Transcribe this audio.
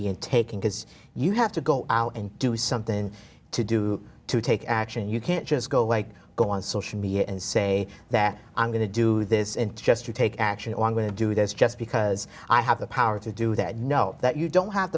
being taken because you have to go out and do something to do to take action you can't just go like go on social media and say that i'm going to do this and just to take action along with do this just because i have the power to do that no that you don't have